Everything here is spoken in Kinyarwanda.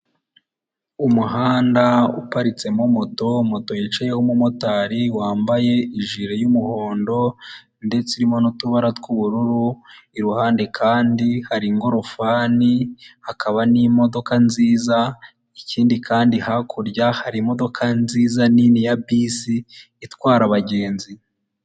Umuhanda uparitsemo moto, moto yicayeho umumotari wambaye ijire y'umuhondo, ndetse irimo n'utubara tw'ubururu iruhande kandi hari igororofani hakaba n'imodoka nziza ikindi kandi hakurya hari imodoka nziza nini ya bisi itwara abagenzi.